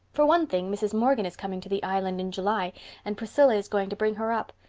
for one thing, mrs. morgan is coming to the island in july and priscilla is going to bring her up.